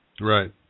Right